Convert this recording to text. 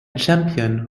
champion